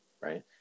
right